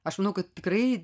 aš manau kad tikrai